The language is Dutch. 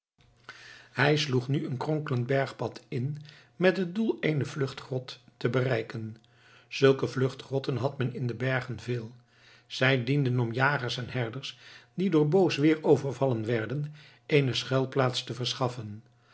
hij sloeg nu een kronkelend bergpad in met het doel eene vluchtgrot te bereiken zulke vluchtgrotten had men in de bergen veel zij dienden om jagers en herders die door boos weer overvallen werden eene schuilplaats te verschaffen